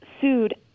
sued